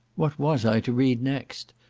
what was i to read next?